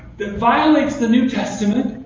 that violates the new testament,